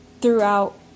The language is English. throughout